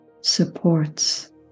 supports